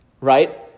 right